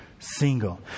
Single